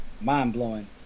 mind-blowing